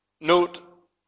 note